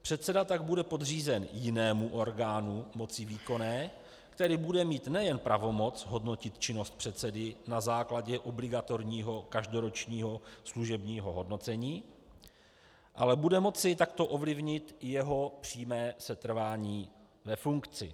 Předseda tak bude podřízen jinému orgánu moci výkonné, který bude mít nejen pravomoc hodnotit činnost předsedy na základě obligatorního každoročního služebního hodnocení, ale bude moci takto ovlivnit jeho přímé setrvání ve funkci.